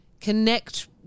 connect